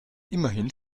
immerhin